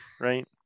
Right